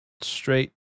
straight